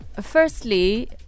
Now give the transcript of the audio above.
Firstly